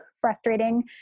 frustrating